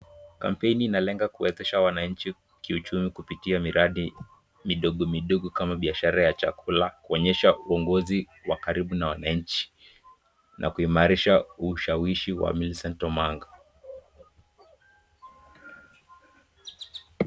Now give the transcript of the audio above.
Kampeni ina lenga kuwezesha wananchi kiuchumi kupitia miradi midogo midogo kama biashara ya chakula kuonyesha uongozi wa karibu na wananchi na kuimarisha ushawishi wa Millicent Omanga.